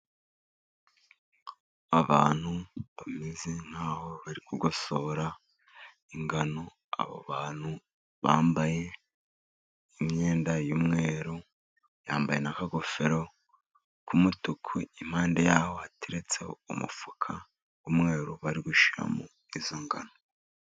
Abantu bameze nkaho bari kugosora ingano, bambaye imyenda y'umweru, bambaye n'ingofero z'umutuku. Impande yaho hateretseho umufuka w'umweru bari gushyiramo izo ngano.